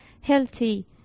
healthy